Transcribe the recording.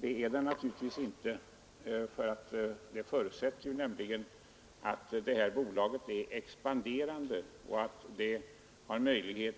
Det är den naturligtvis inte, det förutsätter nämligen att bolaget är expanderande och har möjlighet